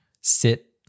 Sit